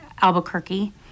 Albuquerque